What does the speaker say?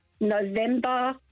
November